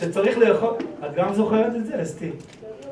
שצריך לאכול... את גם זוכרת את זה אסתי?